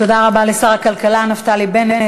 תודה רבה לשר הכלכלה נפתלי בנט.